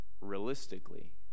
realistically